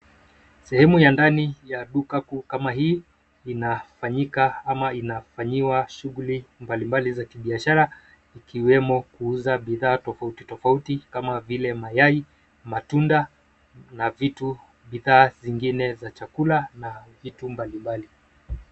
Sehemu ya ndani ya duka kuu kama hii inafanyika ama inafanyiwa shughuli mbalimbali za kibiashara ikiwemo kuuza bidhaa tofauti tofauti kama vile mayai, matunda na vitu bidhaa zingine za chakula na vitu mbalimbali.